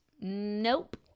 nope